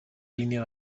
línia